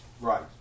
Right